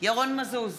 ירון מזוז,